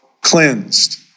cleansed